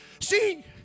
See